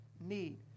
need